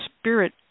spirit